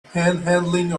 panhandling